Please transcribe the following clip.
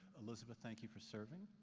liz both, thank you for serving.